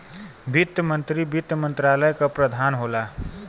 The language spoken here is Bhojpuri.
वित्त मंत्री वित्त मंत्रालय क प्रधान होला